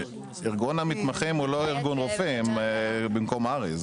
ארגון המתמחים הוא לא ארגון רופאים במקום הר"י.